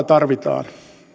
tarvitaan